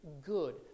good